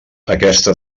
aquesta